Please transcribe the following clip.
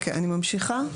אני ממשיכה.